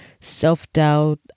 self-doubt